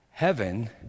Heaven